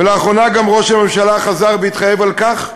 ולאחרונה גם ראש הממשלה חזר והתחייב על כך,